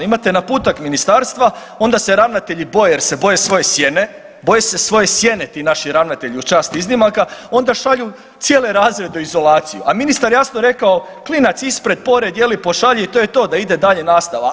Imate naputak ministarstva, onda se ravnatelji boje jer se boje svoje sjene, boje se svoje sjene ti naši ravnatelji uz čast iznimaka, onda šalju cijeli razrede u izolaciju, a ministar je jasno rekao klinac ispred, pored je li pošalji i to je to da ide dalje nastava.